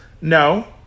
no